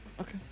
Okay